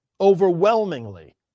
overwhelmingly